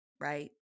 right